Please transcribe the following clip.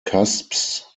cusps